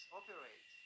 operate